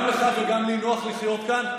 גם לך וגם לי נוח לחיות כאן,